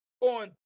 on